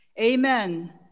Amen